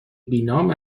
بینام